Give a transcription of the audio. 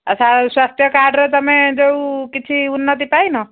ଆଉ ସ୍ୱାସ୍ଥ୍ୟ କାର୍ଡ଼ରେ ତୁମେ ଯେଉଁ କିଛି ଉନ୍ନତି ପାଇନ